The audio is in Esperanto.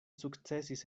sukcesis